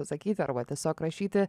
atsakyti arba tiesiog rašyti